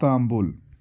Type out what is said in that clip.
Istanbul